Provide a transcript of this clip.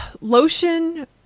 lotion